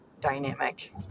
dynamic